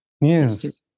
Yes